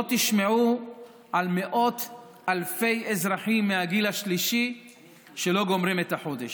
לא תשמעו על מאות אלפי אזרחים מהגיל השלישי שלא גומרים את החודש.